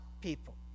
people